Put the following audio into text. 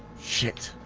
shit